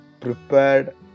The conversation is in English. prepared